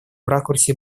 ракурсе